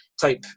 type